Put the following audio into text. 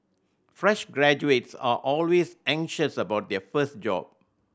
fresh graduates are always anxious about their first job